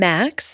Max